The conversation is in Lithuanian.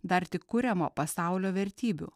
dar tik kuriamo pasaulio vertybių